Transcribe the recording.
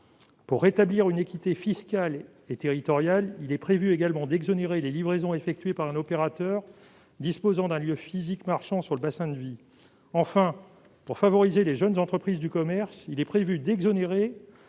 Pour rétablir une équité fiscale et territoriale, il est prévu également d'exonérer les livraisons effectuées par un opérateur disposant d'un lieu physique marchand sur le bassin de vie. Pour favoriser les jeunes entreprises du commerce, il est prévu d'exonérer